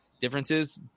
differences